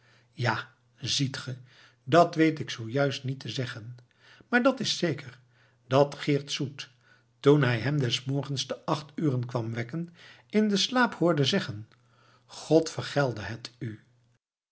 ja ziet ge dat weet ik zoo juist niet te zeggen maar dat is zeker dat geert soet toen hij hem des morgens te acht uren kwam wekken in den slaap hoorde zeggen god vergelde het u